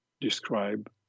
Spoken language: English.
describe